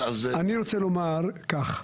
אני רוצה לומר כך.